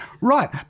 Right